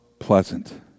Pleasant